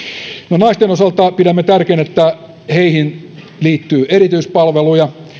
olemme naisten osalta pidämme tärkeänä että heihin liittyy erityispalveluja